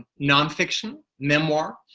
non-fiction, memoir.